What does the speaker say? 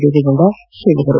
ದೇವೇಗೌಡ ಹೇಳಿದರು